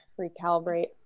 recalibrate